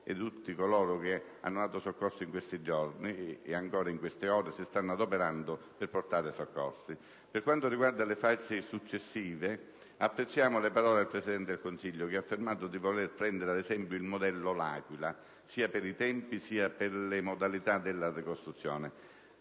di tutti coloro che hanno dato soccorso in questi giorni e che ancora in queste ore si stanno adoperando per portare i soccorsi. Per quanto riguarda le fasi successive, apprezziamo le parole del Presidente del Consiglio, che ha affermato di voler prendere ad esempio il "modello L'Aquila" sia per i tempi sia per le modalità della ricostruzione.